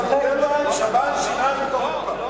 אתה נותן לו שב"ן שיניים מתוך הקופה.